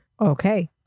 Okay